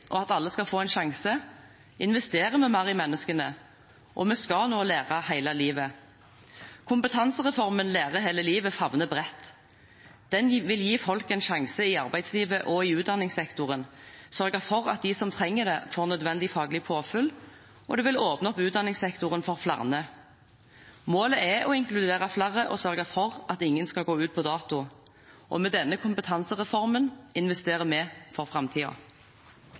og at alle skal få en sjanse, investerer vi mer i menneskene. Vi skal nå lære hele livet. Kompetansereformen Lære hele livet favner bredt: Den vil gi folk en ny sjanse i arbeidslivet og i utdanningssektoren, sørge for at de som trenger det, får nødvendig faglig påfyll og åpne opp utdanningssektoren for flere. Måler er å inkludere flere og sørge for at ingen skal gå ut på dato. Med denne kompetansereformen investerer vi for